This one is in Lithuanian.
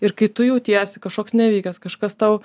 ir kai tu jautiesi kažkoks nevykęs kažkas tau